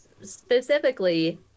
specifically